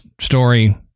story